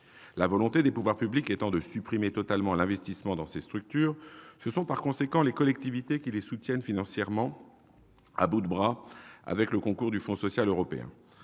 La volonté des pouvoirs publics étant de supprimer totalement l'investissement dans ces structures, ce sont par conséquent les collectivités qui les soutiennent financièrement, à bout de bras, avec le concours du Fonds social européen.